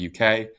UK